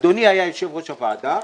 אדוני היה יושב-ראש הוועדה,